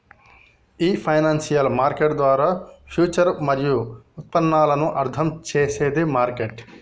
ఈ financial market ద్వారా future మరియు ఉత్పన్నాలను అర్థం చేసేది మార్కెట్